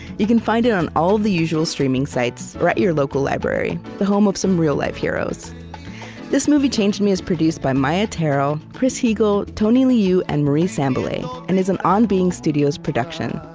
you can find it on all the usual streaming sites, or at your local library the home of some real-life heroes this movie changed me is produced by maia tarrell, chris heagle, tony liu, and marie sambilay, and is an on being studios production.